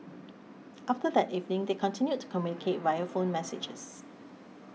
after that evening they continued to communicate via phone messages